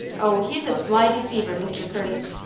oh, he's a sly deceiver, mr. curtis.